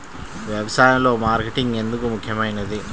వ్యసాయంలో మార్కెటింగ్ ఎందుకు ముఖ్యమైనది?